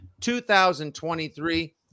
2023